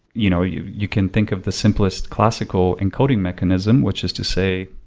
you know, you you can think of the simplest classical encoding mechanism, which is to say,